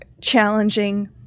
challenging